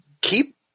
keep